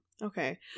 okay